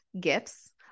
gifts